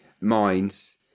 minds